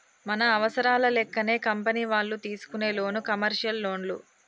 మన అవసరాల లెక్కనే కంపెనీ వాళ్ళు తీసుకునే లోను కమర్షియల్ లోన్లు